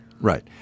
right